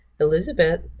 Elizabeth